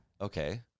Okay